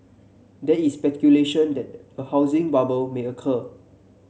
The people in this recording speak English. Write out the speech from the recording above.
there is speculation that the a housing bubble may occur